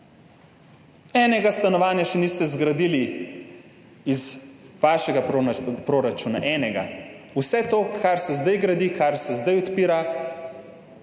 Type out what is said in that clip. Enega stanovanja še niste zgradili iz vašega proračuna, niti enega! Vse to, kar se zdaj gradi, kar se zdaj odpira,